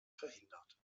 verhindert